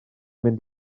mynd